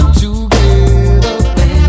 together